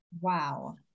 Wow